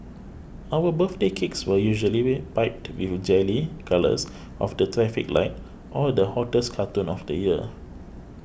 our birthday cakes were usually piped with jelly colours of the traffic light or the hottest cartoon of the year